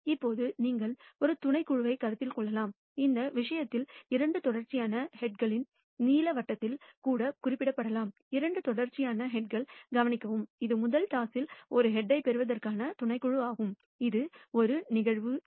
இப்போது நீங்கள் ஒரு துணைக்குழுவைக் கருத்தில் கொள்ளலாம் இந்த விஷயத்தில் இரண்டு தொடர்ச்சியான ஹெட்களின் நீல வட்டத்தால் கூட குறிக்கப்படலாம் இரண்டு தொடர்ச்சியான ஹெட்களைக் கவனிக்கவும் இது முதல் டாஸில் ஒரு ஹெட்யைப் பெறுவதற்கான துணைக்குழு ஆகும் இது ஒரு நிகழ்வு A